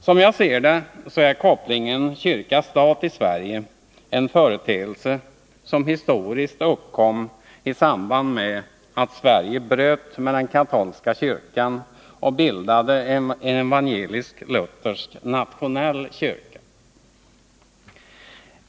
Som jag ser det, är kopplingen kyrka-stat i Sverige en företeelse som Vissa kyrkliga historiskt uppkom i samband med att Sverige bröt med den katolska kyrkan frågor och bildade en evangelisk-luthersk nationell kyrka.